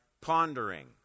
pondering